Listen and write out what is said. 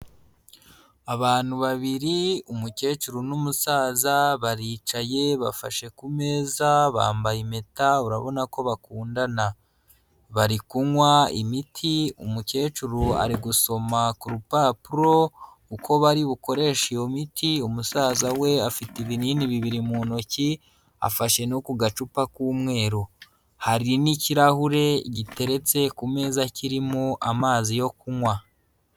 Abantu babiri, umukecuru n'umusaza baricaye bafashe ku meza, bambaye impeta urabona ko bakundana, bari kunywa imiti, umukecuru ari gusoma ku rupapuro uko bari bukoreshe iyo miti, umusaza we afite ibinini bibiri mu ntoki afashe no ku gacupa k'umweru, hari n'ikirahure giteretse ku meza kirimo amazi yo kunywa.